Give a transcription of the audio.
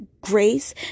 grace